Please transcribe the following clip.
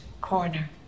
corner